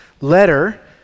letter